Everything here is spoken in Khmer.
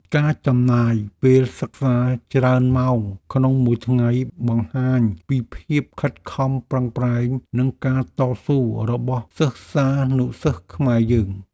ការចំណាយពេលសិក្សាច្រើនម៉ោងក្នុងមួយថ្ងៃបង្ហាញពីភាពខិតខំប្រឹងប្រែងនិងការតស៊ូរបស់សិស្សានុសិស្សខ្មែរយើង។